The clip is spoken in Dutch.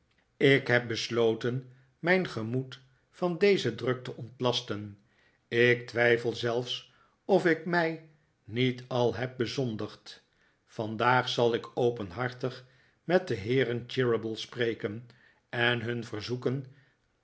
ik heb besloten mijn gemoed van dezen druk te ontlasten ik twijfel zelfs of ik mij niet al heb bezondigd vandaag zal ik openhartig met de heeren cheeryble spreken en hun verzoeken